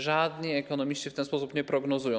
Żadni ekonomiści w ten sposób nie prognozują.